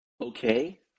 okay